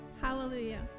Hallelujah